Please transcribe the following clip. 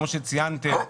כמו שציינתם,